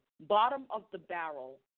bottom-of-the-barrel